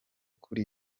kuri